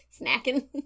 snacking